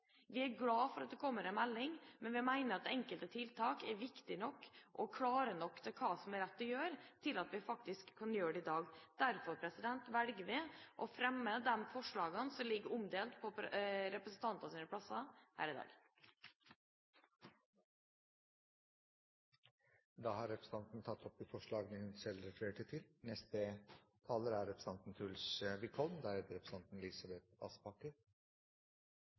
Vi er glad for at det kommer en melding, men vi mener at enkelte tiltak er viktige nok og klare nok med hensyn til hva som er rett å gjøre, til at vi faktisk kan gjøre det i dag. Derfor velger vi å fremme de forslagene som ligger omdelt på representantenes plasser her i dag. Representanten Mette Hanekamhaug har tatt opp de forslagene hun refererte til.